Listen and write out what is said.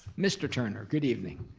mr. turner, good evening.